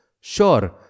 Sure